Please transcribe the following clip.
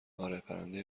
اره، پرنده